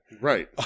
Right